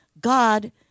God